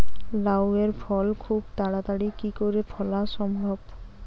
লাউ এর ফল খুব তাড়াতাড়ি কি করে ফলা সম্ভব?